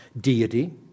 deity